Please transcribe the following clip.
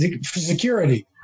security